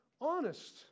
honest